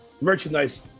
merchandise